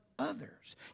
others